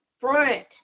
front